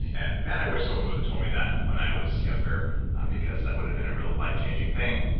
and man, i wish someone would've told me that when i was younger because that would've been a real life changing thing.